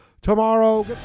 tomorrow